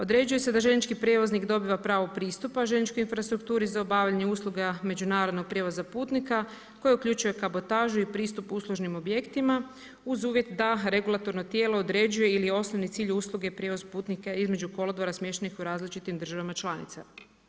Određuje se da željeznički prijevoznik dobiva pravo pristupa željezničkoj infrastrukturi za obavljanje usluga međunarodnog prijevoza putnika koji uključuje kabotažu i pristup uslužnim objektima uz uvjet da regulatorno tijelo određuje ili je osnovni cilj usluge prijevoz putnika između kolodvora smještenih u različitim državama članicama.